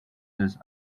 this